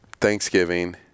Thanksgiving